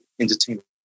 entertainment